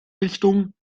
richtung